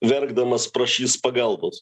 verkdamas prašys pagalbos